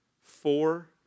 Four